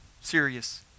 serious